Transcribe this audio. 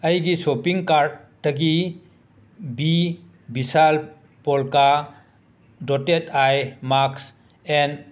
ꯑꯩꯒꯤ ꯁꯣꯄꯤꯡ ꯀꯥꯔꯠꯇꯒꯤ ꯕꯤ ꯕꯤꯁꯥꯜ ꯄꯣꯜꯀꯥ ꯗꯣꯇꯦꯠ ꯑꯥꯏ ꯃꯥꯛꯁ ꯑꯦꯟ